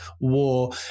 war